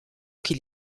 qui